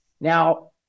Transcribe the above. now